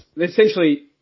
Essentially